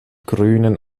grünen